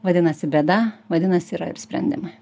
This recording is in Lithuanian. vadinasi bėda vadinasi yra ir sprendimai